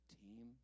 team